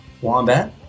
Wombat